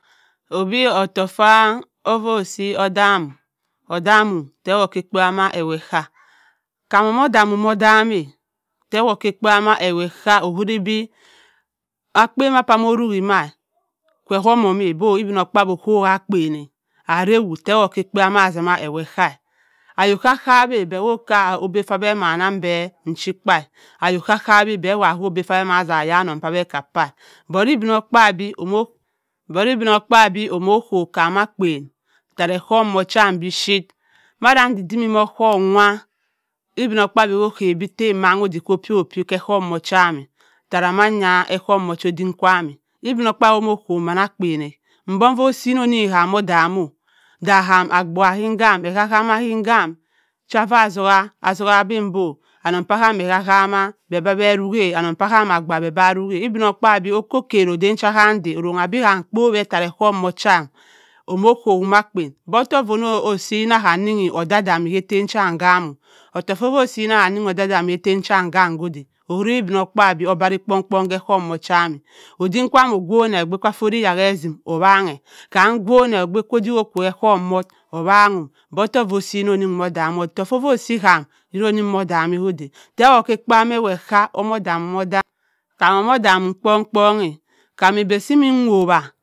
Odi ottouk fa ovu o’ si odam odammo tewott ekpe bha ma awo-okka kam omoh odam-odamaa rewott ekpebua ma awo-okkoo owuri be akpen cha mo oryi mabu kwe oo momma boo ibino kpaabgi owobu ka akpen-a ara awott tewott ka ekpe bua ma’zamma awo-ekka awobu ka-kuwa be buo ka eba sa be man nneng be e chikpa-a ayok ka-kawi be owobua ko obyh sa be kannon annong se be kap-aa but ibino kpaaabyi omo but ibino kpaabyi omo kwo-wi kam akpen ttara ohohm wakwaam mada dindimmi ko ohobum kwa ibi-no kpaabyi ko kari be ha wannang odik kwo-pyir opyi k’ohohm cham-e ttara man yabu odim kwaam-a ibino kpaabyi omo kowi ma akpen-a mbovu mo si onnin kam odami-oo da ham abgubua ki-bham bhe-he mi ki-kamm cha ua atzubu, atzubu sim bo aa bhamma pe arrong-a annong pee abham abgubha pa rrong-a okko kan adan cha kwaam de orrongu be kam po-wbu ttara ohohm wu cham omo kowom akpen odok fono asi na va kam odu-dammi ettem cha iyamno-ottoku ko-uo si rri kpon-kpon ohobam-ma cham-a odim kwaam ogwoni ke ogbu fott oya-ke asim owan-e kam ogwone od-odik o’ kko ke ohohum wott owanng-m bottobka, vo o’si am diro am odam ko-da ttewott ekpebua ma awo-atta omo-damum-odarn-a kam omo odamm kpon-kpon-a kam ide si me wowa.